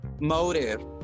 motive